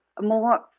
more